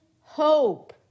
hope